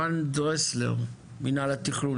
רן דרסלר, מינהל התכנון.